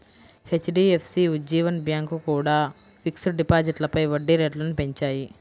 HDFC, Ujjivan bank కూడా fixed డిపాజిట్లపై వడ్డీ రేట్లను పెంచాయి